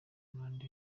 abandi